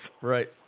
right